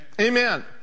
Amen